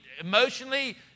emotionally